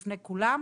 לפני כולם,